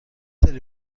داری